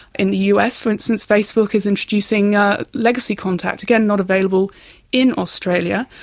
in the us, for instance, facebook is introducing ah legacy contact. again, not available in australia,